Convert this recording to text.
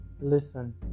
Listen